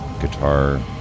guitar